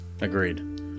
agreed